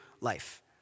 life